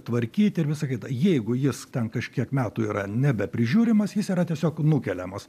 tvarkyt ir visa kita jeigu jis ten kažkiek metų yra nebeprižiūrimas jis yra tiesiog nukeliamas